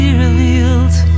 revealed